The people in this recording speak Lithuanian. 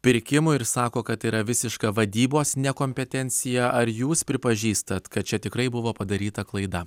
pirkimui ir sako kad tai yra visiška vadybos nekompetencija ar jūs pripažįstat kad čia tikrai buvo padaryta klaida